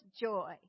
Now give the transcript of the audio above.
joy